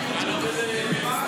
אחריות.